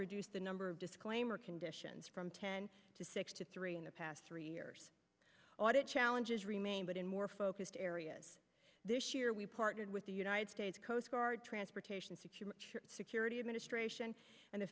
reduced the number of disclaimer conditions from ten to six to three in the past three years audit challenges remain but in more focused areas this year we partnered with the united states coast guard transportation security security administration and the